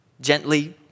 Gently